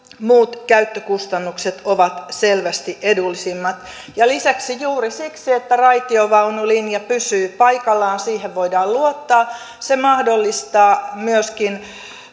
muut käyttökustannukset ovat selvästi edullisimmat lisäksi juuri siksi että raitiovaunulinja pysyy paikallaan ja siihen voidaan luottaa se mahdollistaa myöskin